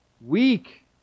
weak